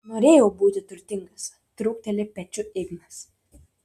norėjau būti turtingas trūkteli pečiu ignas